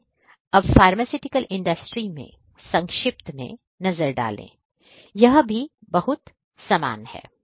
आइए अब pharmaceutical industry में संक्षिप्त नज़र डालें यह भी बहुत समान है